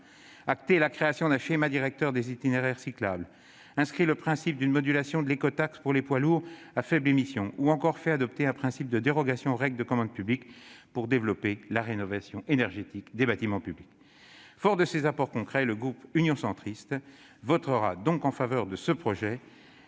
acté la création d'un schéma directeur des itinéraires cyclables, inscrit le principe d'une modulation de l'écotaxe pour les poids lourds à faibles émissions ou encore fait adopter un principe de dérogation aux règles de la commande publique pour développer la rénovation énergétique des bâtiments publics. Fort de ces apports concrets, le groupe Union Centriste votera en faveur de ce projet